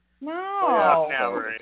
No